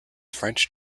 french